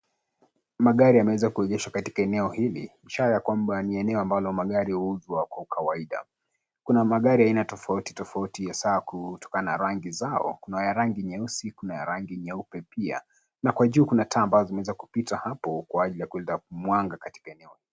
Magari yameweza kuegeshwa katika eneohili ishara ya kwamba ni eneo ambalo magari huuzwa kwa ukawaida kuna magari aina tofauti tofauti hasaa kutokana na rangi zao Kuna ya rangi nyeusi kuna ya rangi nyeupe pia na kwa juu kuna taa ambazo zimeweza kupita hapo kwa ajili ya kuleta mwangaza